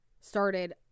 started